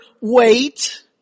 Wait